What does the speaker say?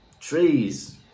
trees